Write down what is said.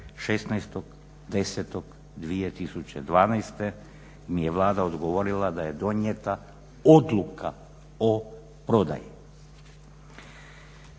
16.10.2012. mi je Vlada odgovorila da je donijeta odluka o prodaji.